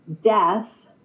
death